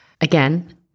again